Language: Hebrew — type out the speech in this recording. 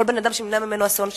כל בן-אדם שנמנע ממנו אסון שכזה,